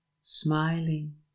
smiling